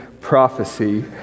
prophecy